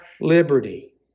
liberty